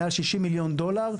מעל 60 מיליון דולר,